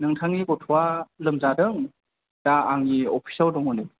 नोंथांनि गथ'वा लोमजादों दा आंनि अफिसाव दङ नै